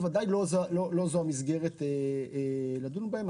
בוודאי שלא זו המסגרת לדון בהן.